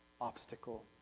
obstacle